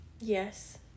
yes